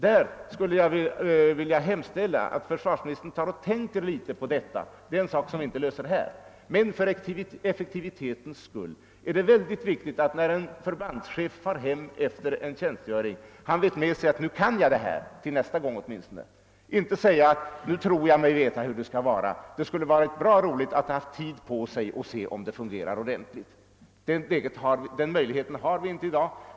Jag skulle vilja hemställa till försvarsministern att han tänker litet på detta. Den frågan kan vi naturligtvis inte lösa här, men för effektivitetens skull är det viktigt att en förbandschef efter en tjänstgöring vet med sig att »nu kan jag detta till nästa gång» och inte behöver säga att »nu tror jag mig veta hur det skall vara, men det skulle ha varit bra roligt om jag hade haft tid på mig för att se om det fungerar ordentligt«. Den möjligheten har man inte i dag.